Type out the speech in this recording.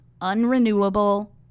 unrenewable